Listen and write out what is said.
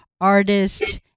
artist